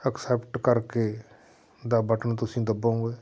accept ਕਰਕੇ ਦਾ button ਤੁਸੀਂ ਦੱਬੋਂਗੇ